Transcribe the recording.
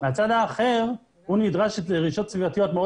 ומהצד האחר הוא נדרש לדרישות סביבתיות מאוד